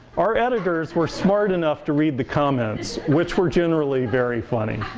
our editors were smart enough to read the comments, which were generally very funny.